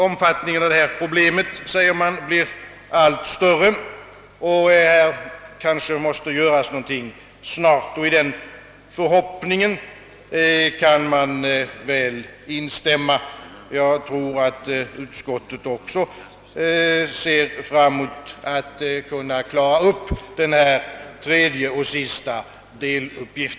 Omfattningen av detta problem blir allt större, och något måste göras snart, vilket jag vill instämma i. Saken torde inte vara omöjlig att klara ut.